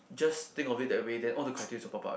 just think of it that way then all the criteria will popped out